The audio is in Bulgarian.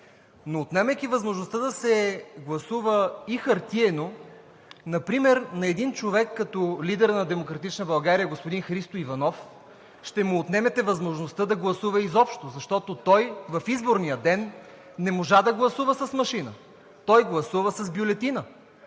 но отнемайки възможността да се гласува и хартиено например, то на един човек като лидера на „Демократична България“ господин Христо Иванов ще му отнемете възможността да гласува изобщо, защото в изборния ден не можа да гласува с машина. Той гласува с бюлетина